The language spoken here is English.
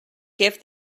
gift